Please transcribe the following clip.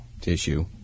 Tissue